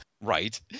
Right